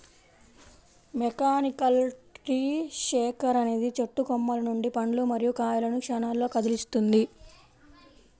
mechanical tree shaker అనేది చెట్టు కొమ్మల నుండి పండ్లు మరియు కాయలను క్షణాల్లో కదిలిస్తుంది